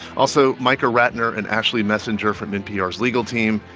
also micah ratner and ashley messenger from npr's legal team,